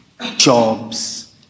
jobs